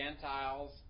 Gentiles